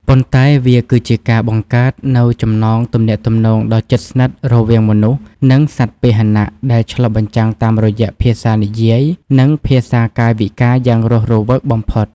ប៉ុន្តែវាគឺជាការបង្កើតនូវចំណងទំនាក់ទំនងដ៏ជិតស្និទ្ធរវាងមនុស្ស និងសត្វពាហនៈ ដែលឆ្លុះបញ្ចាំងតាមរយៈភាសានិយាយ និងភាសាកាយវិការយ៉ាងរស់រវើកបំផុត។